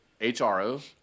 HRO